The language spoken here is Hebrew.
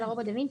הבנתי.